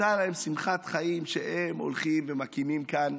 הייתה להם שמחת חיים שהם הולכים ומקימים כאן